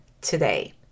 today